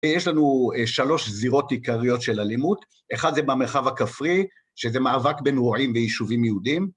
יש לנו שלוש זירות עיקריות של אלימות, אחד זה במרחב הכפרי, שזה מאבק בין רועים ויישובים יהודים.